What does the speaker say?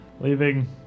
leaving